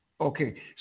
Okay